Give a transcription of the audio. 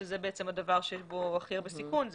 שזה בעצם הדבר שיש בו הכי הרבה סיכון,